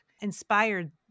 inspired